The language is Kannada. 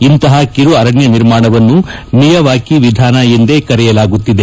ಇಂತಹ ಕಿರು ಅರಣ್ಯ ನಿರ್ಮಾಣವನ್ನು ಮಿಯವಾಕಿ ವಿಧಾನ ಎಂದೇ ಕರೆಯಲಾಗುತ್ತಿದೆ